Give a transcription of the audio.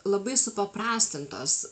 labai supaprastintos